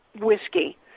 whiskey